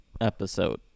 episode